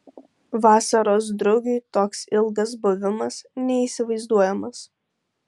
vasaros drugiui toks ilgas buvimas neįsivaizduojamas